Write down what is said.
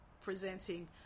presenting